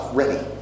ready